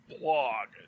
blog